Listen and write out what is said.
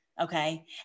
Okay